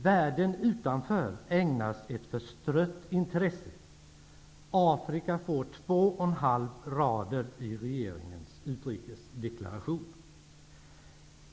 Världen utanför ägnas ett förstrött intresse. Afrika får 2,5 rader i regeringens utrikesdeklaration.